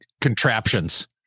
contraptions